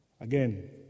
again